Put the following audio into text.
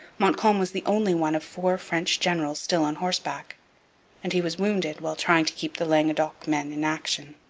montcalm was the only one of four french generals still on horseback and he was wounded while trying to keep the languedoc men in action.